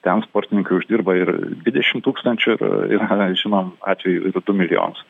ten sportininkai uždirba ir dvidešim tūkstančių ir ir žinom atvejų ir du milijonus